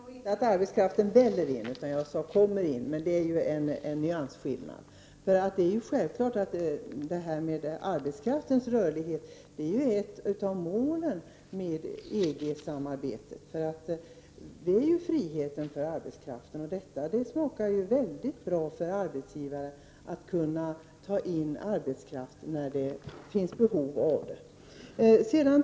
Fru talman! Jag sade inte att arbetskraften väller in, utan att den kommer in — det är en nyansskillnad. Det är självklart att arbetskraftens rörlighet är ett av målen med EG-samarbetet. Det handlar om friheten för arbetskraften, och det smakar mycket bra för arbetsgivare att kunna ta in arbetskraft när det finns behov av sådan.